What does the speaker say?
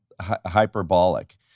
hyperbolic